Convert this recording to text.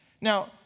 Now